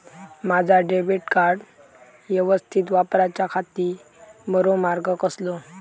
माजा debit card यवस्तीत वापराच्याखाती बरो मार्ग कसलो?